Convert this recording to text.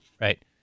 Right